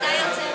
סאו או משהו.